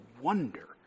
wonder